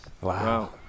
Wow